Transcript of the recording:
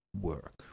work